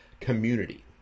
community